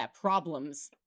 problems